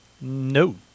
No